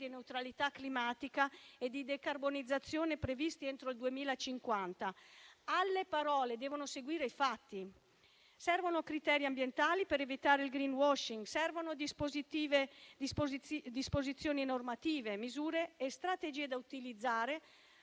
di neutralità climatica e di decarbonizzazione previsti entro il 2050. Alle parole devono seguire i fatti; servono criteri ambientali per evitare il *greenwashing*, disposizioni normative, misure e strategie da utilizzare